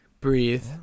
breathe